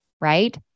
right